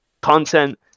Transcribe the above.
content